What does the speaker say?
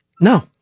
No